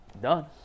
Done